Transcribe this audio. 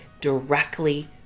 directly